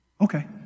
Okay